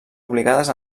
obligades